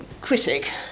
critic